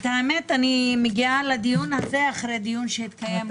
האמת היא שאני מגיעה לדיון הזה אחרי שני דיונים שהתקיימו